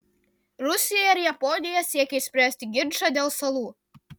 rusija ir japonija siekia išspręsti ginčą dėl salų